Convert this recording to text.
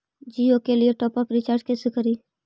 जियो के लिए top up recharge कैसे करी?